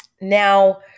Now